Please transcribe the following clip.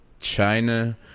China